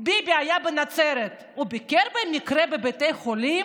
ביבי היה בנצרת, הוא ביקר במקרה בבתי חולים